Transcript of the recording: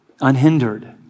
Unhindered